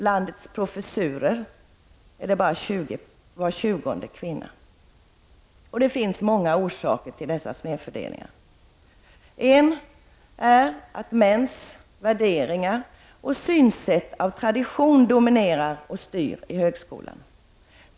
Av landets professorer är knappt var tjugonde kvinna. Det finns många orsaker till denna snedfördelning. En är att mäns värderingar och synsätt av tradition dominerar och styr i högskolan.